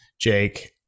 jake